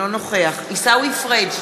אינו נוכח עיסאווי פריג'